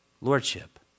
Lordship